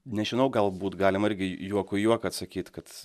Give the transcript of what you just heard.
nežinau galbūt galima irgi juoku į juoką atsakyt kad